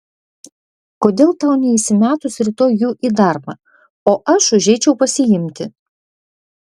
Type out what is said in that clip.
kodėl tau neįsimetus rytoj jų į darbą o aš užeičiau pasiimti